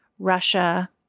Russia